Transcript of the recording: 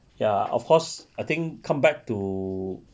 ya of course I think come back to